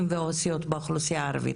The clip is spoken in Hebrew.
סוציאליים ועל עובדות סוציאליות בחברה הערבית.